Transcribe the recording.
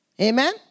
Amen